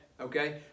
Okay